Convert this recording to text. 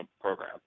program